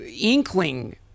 inkling